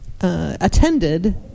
attended